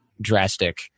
drastic